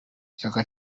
chaka